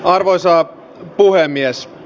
arvoisa puhemies